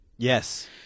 Yes